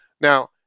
Now